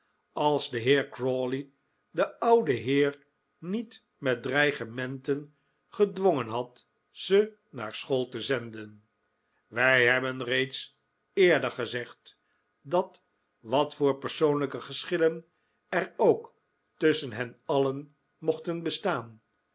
als de heer crawley den ouden heer niet met dreigementen gedwongen had ze naar school te zenden wij hebben reeds eerder gezegd dat wat voor persoonlijke geschillen er ook tusschen hen alien mochten bestaan